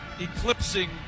eclipsing